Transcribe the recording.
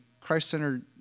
Christ-centered